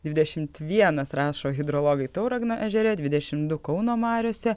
dvidešimt vienas rašo hidrologai tauragno ežere dvidešimt du kauno mariose